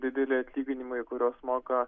dideli atlyginimai kuriuos moka